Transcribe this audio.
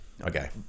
okay